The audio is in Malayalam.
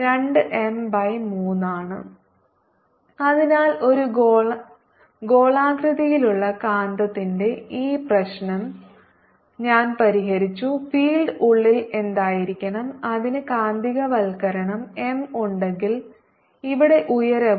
MH M3B0M M32M30 Bapplied2M300 ⇒ M 32 Bapplied0 അതിനാൽ ഒരു ഗോളാകൃതിയിലുള്ള കാന്തത്തിന്റെ ഈ പ്രശ്നം ഞാൻ പരിഹരിച്ചു ഫീൽഡ് ഉള്ളിൽ എന്തായിരിക്കണം അതിന് കാന്തികവൽക്കരണം M ഉണ്ടെങ്കിൽ ഇവിടെ ഉയരവും